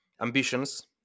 ambitions